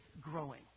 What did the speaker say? growing